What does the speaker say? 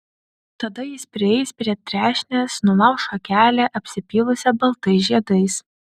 tada jis prieis prie trešnės nulauš šakelę apsipylusią baltais žiedais